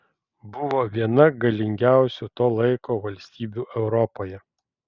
buvo viena galingiausių to laiko valstybių europoje